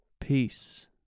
Peace